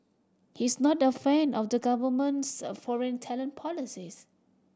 he is not a fan of the government's a foreign talent policies